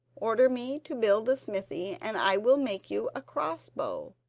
order me to build a smithy and i will make you a cross-bow,